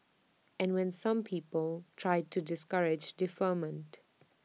and when some people tried to discourage deferment